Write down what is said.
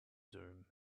zoom